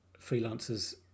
freelancers